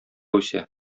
үсә